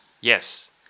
Yes